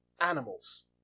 animals